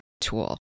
tool